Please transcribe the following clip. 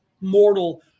mortal